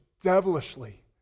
devilishly